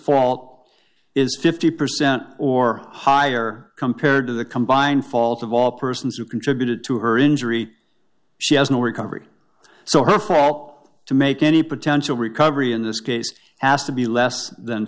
fault is fifty percent or higher compared to the combined fault of all persons who contributed to her injury she has no recovery so her fall to make any potential recovery in this case has to be less than